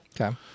okay